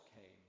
came